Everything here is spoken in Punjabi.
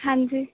ਹਾਂਜੀ